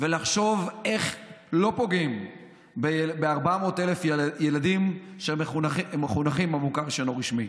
ולחשוב איך לא פוגעים ב-400,000 ילדים שמחונכים במוכר שאינו רשמי